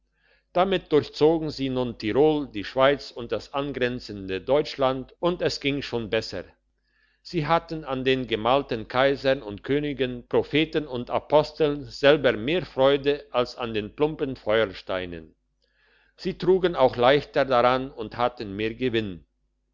damit durchzogen sie nun tirol die schweiz und das angrenzende deutschland und es ging schon besser sie hatten an den gemalten kaisern und königen propheten und aposteln selber mehr freude als an den plumpen feuersteinen sie trugen auch leichter daran und hatten mehr gewinn